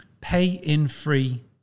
pay-in-free